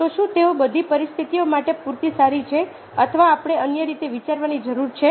તો શું તેઓ બધી પરિસ્થિતિઓ માટે પૂરતી સારી છે અથવા આપણે અન્ય રીતે વિચારવાની જરૂર છે